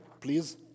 please